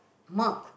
milk